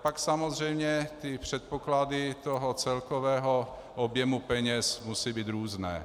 Pak samozřejmě předpoklady celkového objemu peněz musí být různé.